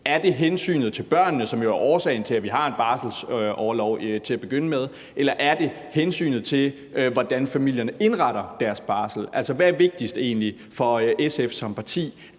Er det hensynet til børnene, som jo er årsagen til, at vi har en barselsorlov, til at begynde med, eller er det hensynet til, hvordan familierne indretter deres barsel? Altså, hvad er egentlig vigtigst for SF som parti?